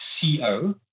C-O